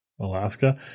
Alaska